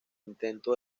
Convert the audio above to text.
intento